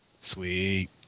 Sweet